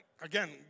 Again